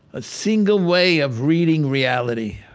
a single way of reading reality.